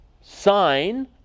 sign